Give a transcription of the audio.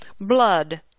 blood